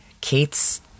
Kate's